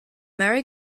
merry